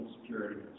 security